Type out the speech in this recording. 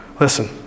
Listen